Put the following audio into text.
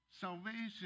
Salvation